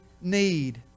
need